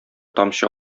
тамчы